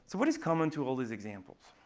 so what is common to all these examples?